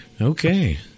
Okay